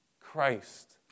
Christ